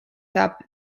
saab